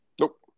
Nope